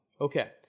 Okay